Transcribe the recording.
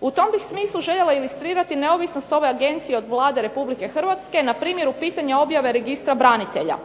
U tom bih smisli željela ilustrirati neovisnost ove agencije od Vlada Republike Hrvatske na primjeru pitanja objave registra branitelja.